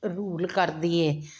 rule ਕਰਦੀ ਹੈ